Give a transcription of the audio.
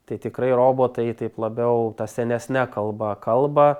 tai tikrai robotai taip labiau ta senesne kalba kalba